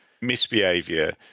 misbehavior